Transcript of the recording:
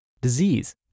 disease